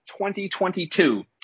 2022